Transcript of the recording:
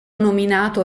nominato